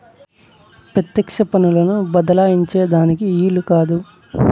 పెత్యెక్ష పన్నులను బద్దలాయించే దానికి ఈలు కాదు